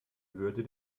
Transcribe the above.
würde